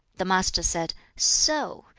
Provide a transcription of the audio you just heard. the master said, so!